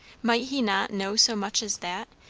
might he not know so much as that,